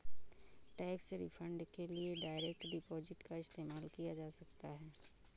tax refund के लिए direct deposit का इस्तेमाल किया जा सकता हैं